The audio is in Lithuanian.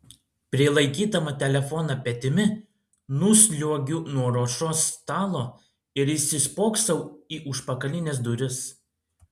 prilaikydama telefoną petimi nusliuogiu nuo ruošos stalo ir įsispoksau į užpakalines duris